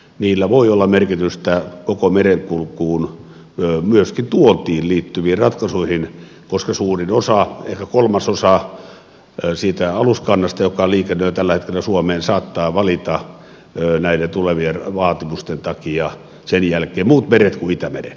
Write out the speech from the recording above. niillä voi olla merkitystä koko merenkulkuun myöskin tuontiin liittyviin ratkaisuihin koska suurin osa ehkä kolmasosa siitä aluskannasta joka liikennöi tällä hetkellä suomeen saattaa valita näiden tulevien vaatimusten takia sen jälkeen muut meret kuin itämeren